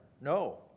No